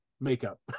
makeup